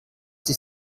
die